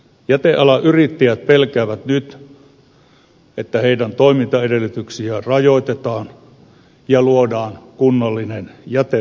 jätealan yrittäjät pelkäävät nyt että heidän toimintaedellytyksiään rajoitetaan ja luodaan kunnallinen jätemonopoli